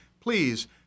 please